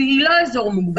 שהיא לא אזור מוגבל.